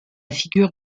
figure